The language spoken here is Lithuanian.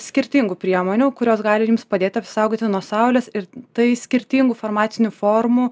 skirtingų priemonių kurios gali jums padėti apsaugoti nuo saulės ir tai skirtingų farmacinių formų